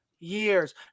Years